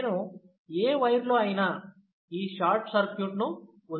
నేను ఏ వైర్ లో అయినా ఈ షార్ట్ సర్క్యూట్ను ఉంచగలను